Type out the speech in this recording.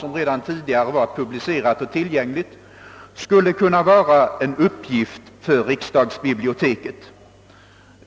som redan tidigare varit publicerat och tillgängligt — kunde vara en lämplig uppgift för riksdagsbiblioteket.